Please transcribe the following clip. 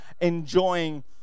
enjoying